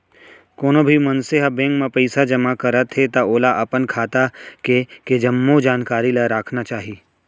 कोनो भी मनसे ह बेंक म पइसा जमा करत हे त ओला अपन खाता के के जम्मो जानकारी ल राखना चाही